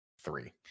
three